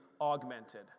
augmented